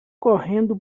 correndo